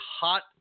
hot